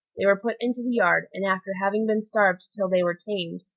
they were put into the yard, and after having been starved till they were tamed,